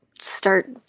start